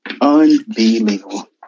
Unbelievable